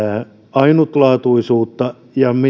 ainutlaatuisuutta ja